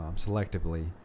selectively